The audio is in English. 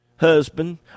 husband